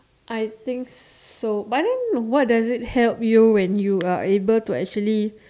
I think so but then what does it help you when you are able to actually